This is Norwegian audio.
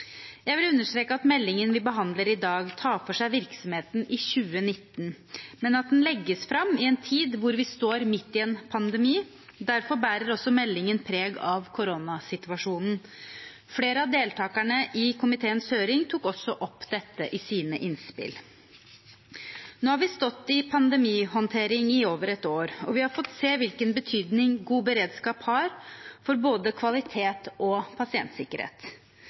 Jeg vil understreke at meldingen vi behandler i dag, tar for seg virksomheten i 2019, men at den legges fram i en tid hvor vi står midt i en pandemi. Derfor bærer også meldingen preg av koronasituasjonen. Flere av deltakerne i komiteens høring tok også opp dette i sine innspill. Nå har vi stått i pandemihåndtering i over et år, og vi har fått se hvilken betydning god beredskap har for både kvalitet og pasientsikkerhet.